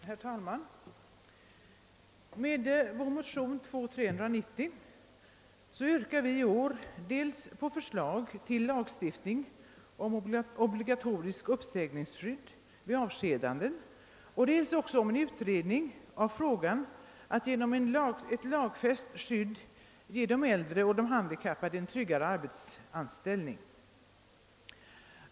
Herr talman! I vår motion II: 390 påyrkar vi även i år dels förslag till lagstiftning om obligatoriskt uppsägningsskydd vid avskedanden, dels utredning av frågan om att genom lagfäst skydd ge de äldre och de handikappade tryggad arbetsanställning.